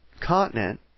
continent